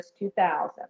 2000